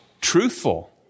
Truthful